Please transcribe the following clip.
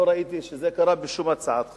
לא ראיתי שזה קרה בשום הצעת חוק.